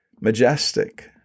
majestic